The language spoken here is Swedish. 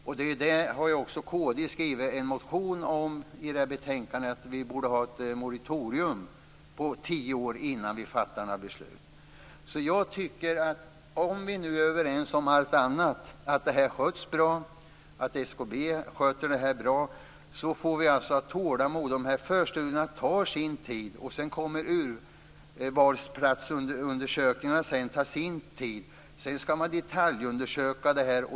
Kd har också i en motion som finns i det här betänkandet skrivit att vi borde ha ett moratorium på tio år innan vi fattar några beslut. Om vi är överens om allt annat, att SKB sköter det här bra, tycker jag att vi får ha tålamod. De här förstudierna tar sin tid. Sedan kommer urvalsplatsundersökningarna att ta sin tid. Därefter skall man detaljundersöka detta.